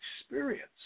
experience